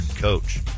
coach